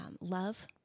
love